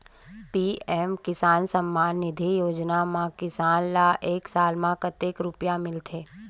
PM Kisan Samman Nidhi योजना म किसान ल एक साल म कतेक रुपिया मिलथे?